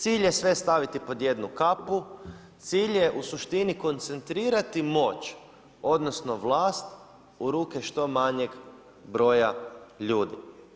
Cilj je sve staviti pod jednu kapu, cilj je u suštini, koncentrirati moć, odnosno, vlast u ruke što manjeg broja ljudi.